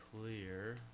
Clear